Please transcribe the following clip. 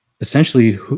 essentially